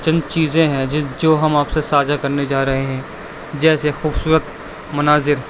چند چیزیں ہیں جس جو ہم آپ سے ساجھا کرنے جا ر ہے ہیں جیسے خوبصورت مناظر